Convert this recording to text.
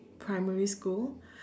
primary school